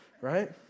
right